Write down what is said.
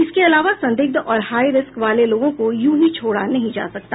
इसके अलावा संदिग्ध और हाई रिस्क वाले लोगों को यूॅ ही छोड़ा नहीं जा सकता